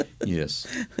Yes